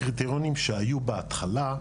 הקריטריונים שהיו בהתחלה,